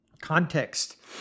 Context